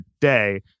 day